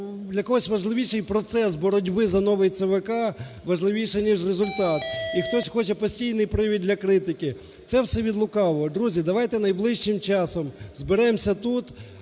для когось важливіший процес боротьби за новий ЦВК важливіше ніж результат, і хтось хоче постійний привіт для критики. Це все від лукавого. Друзі, давайте найближчим часом зберемося тут,